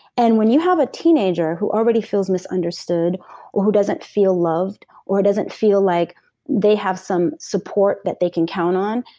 and when you have a teenager who already feels misunderstood or who doesn't feel loved or who doesn't feel like they have some support that they can count on,